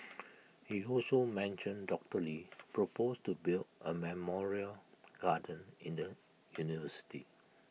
he also mentioned doctor lee proposed to build A memorial garden in the university